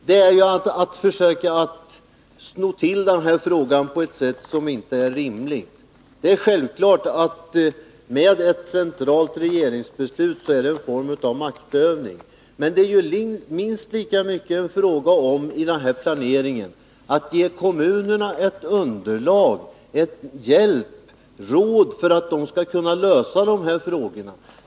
Det är ett försök att sno till frågan på ett sätt som inte är rimligt. Det är självklart att ett centralt regeringsbeslut är en form av maktutövning. Men det är i den här planeringen minst lika mycket fråga om att ge kommunerna ett underlag, ge dem en hjälp, ge råd för att de skall kunna lösa frågorna.